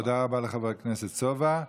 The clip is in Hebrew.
תודה רבה לחבר הכנסת סובה.